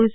S